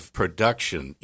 production